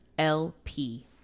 lp